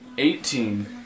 Eighteen